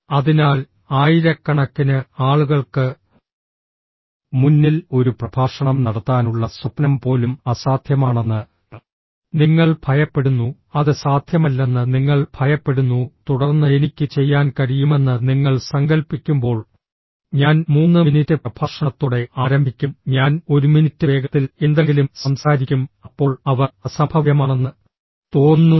അതിനാൽ ആയിരക്കണക്കിന് ആളുകൾക്ക് മുന്നിൽ ഒരു പ്രഭാഷണം നടത്താനുള്ള സ്വപ്നം പോലും അസാധ്യമാണെന്ന് നിങ്ങൾ ഭയപ്പെടുന്നു അത് സാധ്യമല്ലെന്ന് നിങ്ങൾ ഭയപ്പെടുന്നു തുടർന്ന് എനിക്ക് ചെയ്യാൻ കഴിയുമെന്ന് നിങ്ങൾ സങ്കൽപ്പിക്കുമ്പോൾ ഞാൻ മൂന്ന് മിനിറ്റ് പ്രഭാഷണത്തോടെ ആരംഭിക്കും ഞാൻ ഒരു മിനിറ്റ് വേഗത്തിൽ എന്തെങ്കിലും സംസാരിക്കും അപ്പോൾ അവർ അസംഭവ്യമാണെന്ന് തോന്നുന്നു